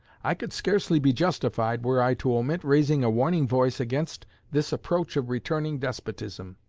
i could scarcely be justified were i to omit raising a warning voice against this approach of returning despotism.